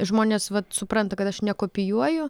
žmonės vat supranta kad aš nekopijuoju